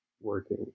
working